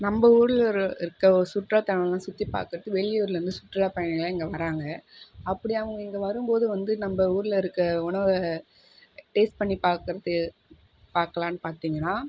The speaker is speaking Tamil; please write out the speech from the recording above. நம்ப ஊரில் ஒரு இருக்க சுற்றுலா தளங்களை சுற்றி பார்க்கறதுக்கு வெளியூர்லந்து சுற்றுலா பயணிகள்லாம் இங்கே வராங்க அப்படி அவங்க இங்கே வரும்போது வந்து நம்ப ஊரில் இருக்க உணவை டேஸ்ட் பண்ணி பார்க்கறது பார்க்கலானு பார்த்தீங்கன்னா